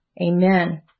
Amen